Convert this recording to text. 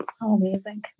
amazing